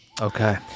Okay